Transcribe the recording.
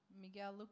Miguel